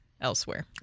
elsewhere